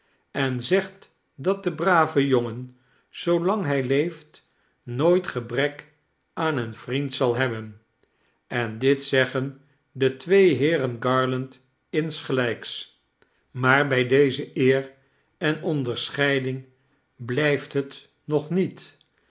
en zegt dat de brave jongen zoolang hij leeft nooit gebrek aan een vriend zal hebben en dit zeggen de twee heeren garland insgelijks maar bij deze eer en onderscheiding blijft het nog niet